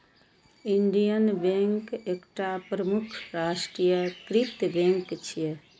Indian bank एकटा प्रमुख राष्ट्रीयकृत बैंक छियै